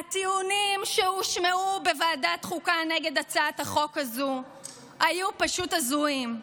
הטיעונים שהושמעו בוועדת החוקה נגד הצעת החוק הזו היו פשוט הזויים.